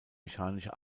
mechanische